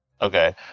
Okay